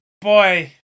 Boy